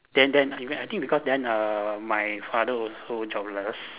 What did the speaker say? then then even I think because then err my father also jobless